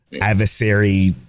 adversary